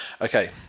Okay